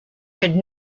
could